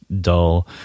dull